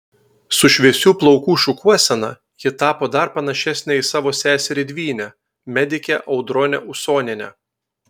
su šviesių plaukų šukuosena ji tapo dar panašesnė į savo seserį dvynę medikę audronę usonienę